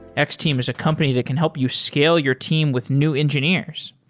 x-team is a company that can help you scale your team with new engineers.